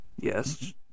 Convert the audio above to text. yes